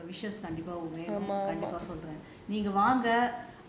கண்டிப்பா கண்டிப்பா உங்க:kandipaa kandipaa unga wishes கண்டிப்பா வேணும்:kandipaa venum